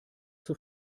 zur